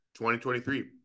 2023